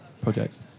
projects